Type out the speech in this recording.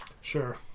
Sure